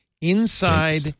inside